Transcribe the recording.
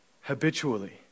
habitually